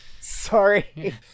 Sorry